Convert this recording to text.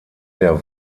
der